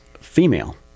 female